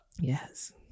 yes